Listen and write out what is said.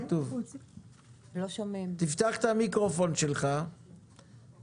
שתי שאלות קצרות לשרה ותודה על המצגת.